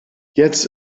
jetzt